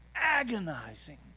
Agonizing